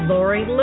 Lori